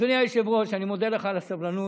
אדוני היושב-ראש, אני מודה לך על הסבלנות.